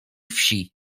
wsi